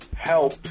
help